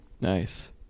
Nice